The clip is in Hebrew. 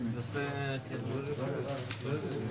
יש לך כישורים גבוהים משלי בהרבה.